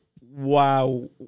Wow